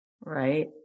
right